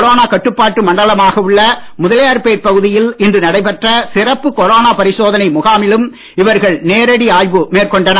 corona கட்டுப்பாட்டு மண்டலமாக உள்ள முதலியார்பேட் பகுதியில் இன்று நடைபெற்ற சிறப்பு கொரோனா பரிசோதனை முகாமிலும் இவர்கள் நேரடி ஆய்வு மேற்கொண்டனர்